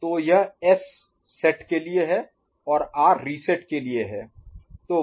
तो यह S set के लिए है और R रीसेट के लिए है